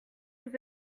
vous